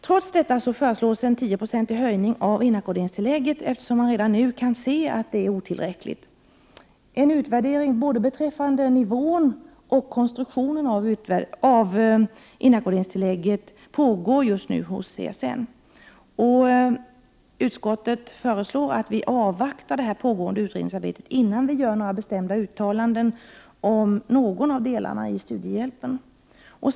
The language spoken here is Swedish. Trots detta föreslår man att inackorderingstillägget höjs med 10 96. Redan nu kan man se att det är otillräckligt. En utvärdering beträffande både nivån och konstruktionen av inackorderingstillägget pågår just nu hos CSN. Utskottet föreslår att vi avvaktar och inte gör några bestämda uttalanden om någon av delarna när det gäller studiehjälpen förrän pågående utredningsarbete är avslutat.